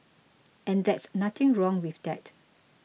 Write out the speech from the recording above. and that's nothing wrong with that